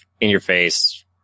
in-your-face